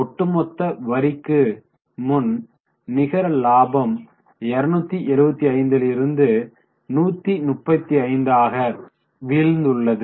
ஒட்டு மொத்த வரிக்கு முன் நிகர லாபம் 275 லிருந்து 135 ஆக வீழ்ந்துள்ளது